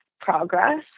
progress